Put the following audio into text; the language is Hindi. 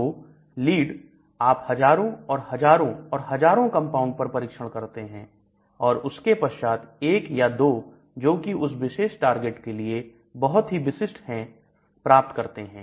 तो लीड आप हजारों और हजारों और हजारों कंपाउंड पर परीक्षण करते हैं और उसके पश्चात एक या दो जो की उस विशेष टारगेट के लिए बहुत ही विशिष्ट हो प्राप्त करते हैं